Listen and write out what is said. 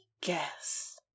guess